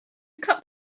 cup